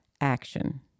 action